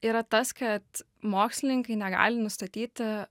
yra tas kad mokslininkai negali nustatyti